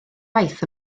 waith